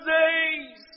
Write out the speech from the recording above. days